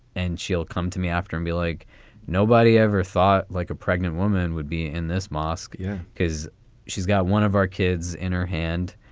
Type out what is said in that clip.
and she'll come to me after me like nobody ever thought, like a pregnant woman would be in this mosque. yeah, because she's got one of our kids in her hand